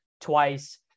twice